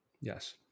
Yes